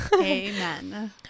Amen